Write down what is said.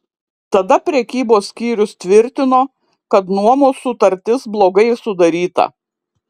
tada prekybos skyrius tvirtino kad nuomos sutartis blogai sudaryta